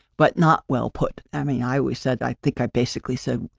but not well put. i mean, i always said, i think i basically said,